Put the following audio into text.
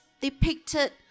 depicted